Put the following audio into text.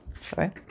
Sorry